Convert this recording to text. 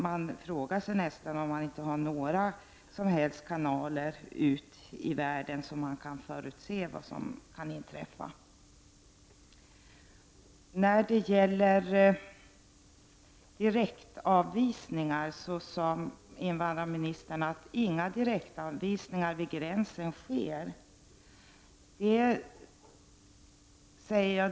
Man frågar sig nästan om regeringen inte har några som helst kanaler ut i världen, så att det går att förutse vad som kan inträffa. Invandrarministern sade att inga direktavvisningar sker vid gränsen.